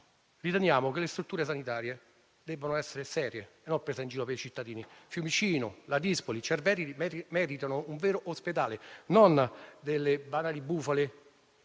riteniamo che le strutture sanitarie debbano essere serie e non delle prese in giro per i cittadini. Fiumicino, Ladispoli e Cerveteri meritano un vero ospedale, non delle banali bufale